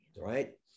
right